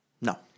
No